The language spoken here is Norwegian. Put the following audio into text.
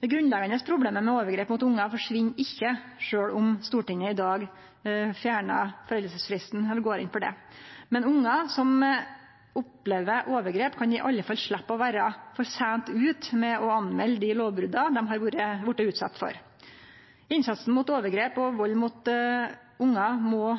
Det grunnleggjande problemet med overgrep mot ungar forsvinn ikkje sjølv om Stortinget i dag fjernar foreldingsfristen, eller går inn for det. Men ungar som opplever overgrep, kan i alle fall sleppe å vere for seint ute med å politimelde dei lovbrota dei har vorte utsette for. Innsatsen mot overgrep og vald mot ungar må